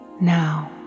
now